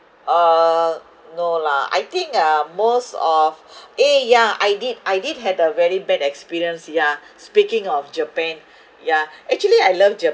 uh no lah I think uh most of eh ya I did I did had a very bad experience ya speaking of japan ya actually I loved japan